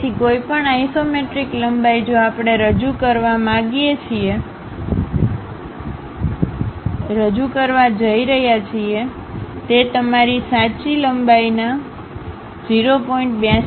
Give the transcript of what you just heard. તેથી કોઈપણ આઇસોમેટ્રિક લંબાઈ જે આપણે રજૂ કરવા જઈએ છીએ તે તમારી સાચી લંબાઈના 0